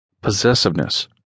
Possessiveness